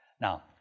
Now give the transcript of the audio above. Now